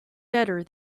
better